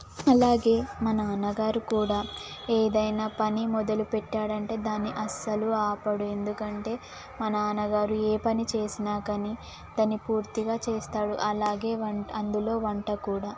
అలాగే మా నాన్నగారు కూడా ఏదైనా పని మొదలు పెట్టాడంటే దాన్ని అసలు ఆపడు ఎందుకంటే మా నాన్నగారు ఏ పని చేసినా కానీ దాన్ని పూర్తిగా చేస్తాడు అలాగే వంట అందులో వంట కూడా